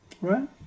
Right